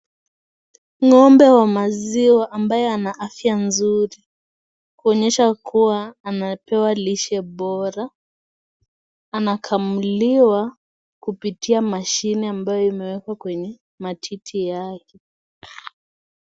Ngombe wa maziwa ambaye ana afya nzuri kuonyesha kuwa anapewa lishe bora anakamuliwa kupitia mashine ambayo imeeekwa kwenye matiti yake.